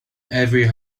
every